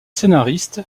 scénariste